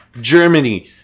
Germany